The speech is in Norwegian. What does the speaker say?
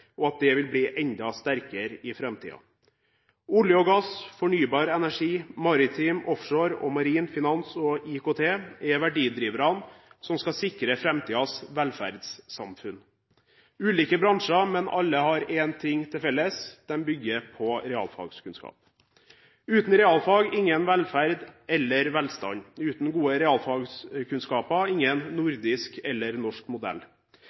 og at dette vil bli enda sterkere i framtiden. Olje og gass, fornybar energi, maritim sektor, offshore, marin sektor, finans og IKT er verdidriverne som skal sikre framtidens velferdssamfunn. Det er ulike bransjer, men alle har én ting til felles: De bygger på realfagskunnskap. Uten realfag blir det ingen velferd eller velstand, og uten gode realfagskunnskaper blir det ingen nordisk eller norsk